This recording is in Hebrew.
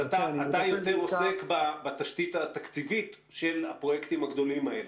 אתה יותר עוסק בתשתית התקציבית של הפרויקטים הגדולים האלה,